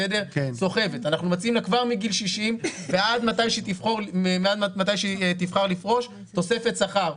אנחנו מציעים לה כבר מגיל 60 ועד מתי שתבחר לפרוש תוספת שכר,